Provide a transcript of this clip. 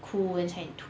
哭 then 差一点吐